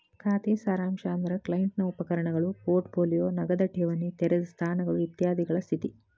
ಖಾತೆ ಸಾರಾಂಶ ಅಂದ್ರ ಕ್ಲೈಂಟ್ ನ ಉಪಕರಣಗಳು ಪೋರ್ಟ್ ಪೋಲಿಯೋ ನಗದ ಠೇವಣಿ ತೆರೆದ ಸ್ಥಾನಗಳು ಇತ್ಯಾದಿಗಳ ಸ್ಥಿತಿ